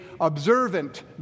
observant